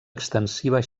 extensiva